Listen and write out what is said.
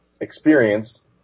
experience